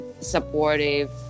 supportive